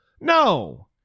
No